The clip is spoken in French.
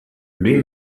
lui